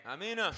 Amen